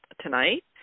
tonight